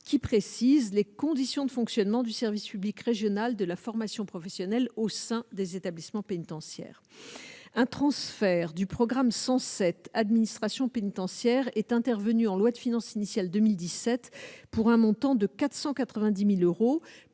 qui précise les conditions de fonctionnement du service public régional de la formation professionnelle au sein des établissements pénitentiaires, un transfert du programme 100 cette administration pénitentiaire est intervenu en loi de finances initiale 2017 pour un montant de 490000 euros